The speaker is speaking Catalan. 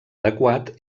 adequat